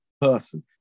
person